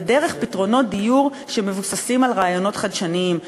ודרך פתרונות דיור שמבוססים על רעיונות חדשניים,